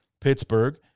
Pittsburgh